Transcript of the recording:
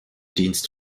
dienst